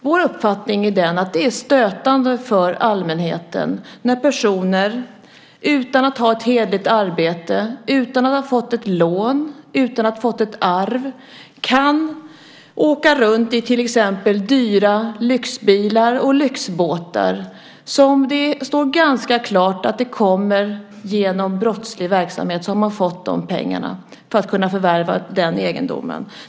Vår uppfattning är att det är stötande för allmänheten när personer utan att ha ett hederligt arbete, utan att ha fått ett lån eller utan att ha fått ett arv kan åka runt i till exempel dyra lyxbilar och lyxbåtar där det står ganska klart att det är pengar från brottslig verksamhet som har använts för att förvärva egendomen.